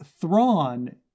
Thrawn